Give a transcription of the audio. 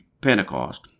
Pentecost